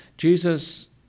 Jesus